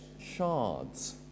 shards